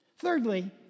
Thirdly